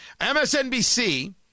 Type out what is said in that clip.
MSNBC